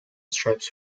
stripes